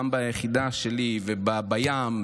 גם ביחידה שלי ובים,